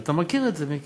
אתה מכיר את זה, מיקי,